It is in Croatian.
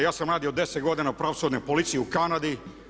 Ja sam radio 10 godina u pravosudnoj policiji u Kanadi.